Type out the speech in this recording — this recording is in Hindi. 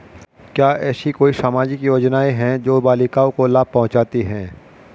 क्या ऐसी कोई सामाजिक योजनाएँ हैं जो बालिकाओं को लाभ पहुँचाती हैं?